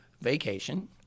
vacation